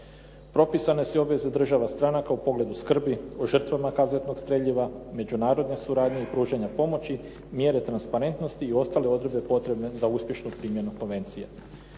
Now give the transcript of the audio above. Propisane su i obveze država stranaka u pogledu skrbi o žrtvama kazetnog streljiva, međunarodne suradnje i pružanja pomoći, mjere transparentnosti i ostale odredbe potrebne za uspješnu primjenu konvencije.